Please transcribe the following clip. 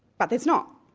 but there's not.